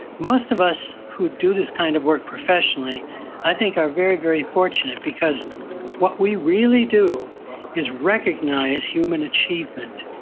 most of us who do this kind of work professionally i think are very, very fortunate, because what we really do is recognize human achievement.